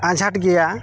ᱟᱡᱷᱟᱴ ᱜᱮᱭᱟ